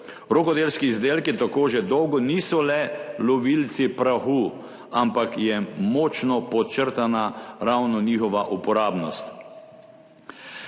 Rokodelski izdelki tako že dolgo niso le lovilci prahu, ampak je močno podčrtana ravno njihova uporabnost.